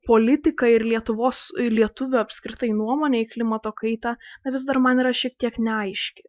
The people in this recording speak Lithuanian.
politika ir lietuvos į lietuvių apskritai nuomonė į klimato kaitą vis dar man yra šiek tiek neaiški